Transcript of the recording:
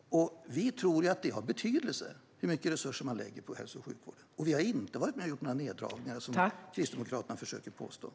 Vi tror att det har betydelse hur mycket resurser man lägger på hälso och sjukvården. Vi har för övrigt inte varit med och gjort några neddragningar, som Kristdemokraterna påstår.